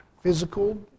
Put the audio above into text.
physical